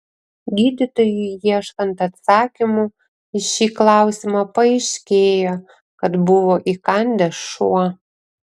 gydytojui ieškant atsakymų į šį klausimą paaiškėjo kad buvo įkandęs šuo